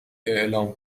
اعلام